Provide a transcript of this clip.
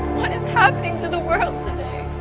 what is happening to the world today?